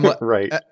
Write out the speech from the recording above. right